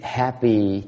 happy